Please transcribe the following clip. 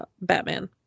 batman